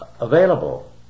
available